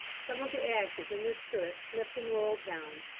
some of the ashes in this turret slipped and rolled down.